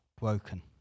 broken